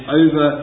over